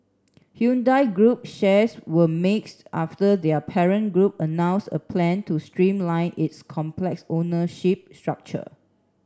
Hyundai Group shares were mixed after their parent group announced a plan to streamline its complex ownership structure